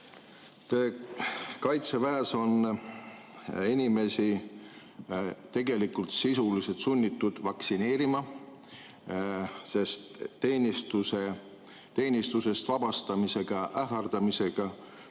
Kaitseväes on inimesi tegelikult sisuliselt sunnitud vaktsineerima, sest teenistusest vabastamisega ähvardamisega